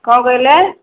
କ'ଣ କହିଲେ